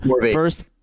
first